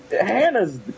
Hannah's